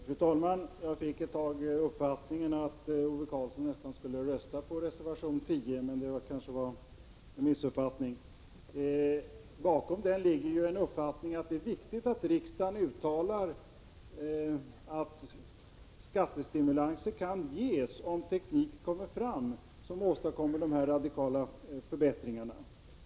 Fru talman! Jag fick ett tag nästan intrycket att Ove Karlsson skulle rösta på reservation 10, men det kanske var en missuppfattning. Bakom reservationen ligger ju den uppfattningen att det är viktigt att riksdagen uttalar att skattestimulanser kan ges om teknik kommer fram som åstadkommer radikala förbättringar.